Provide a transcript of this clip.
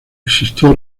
existió